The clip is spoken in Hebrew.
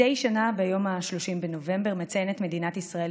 מדי שנה ב-30 בנובמבר מציינת מדינת ישראל,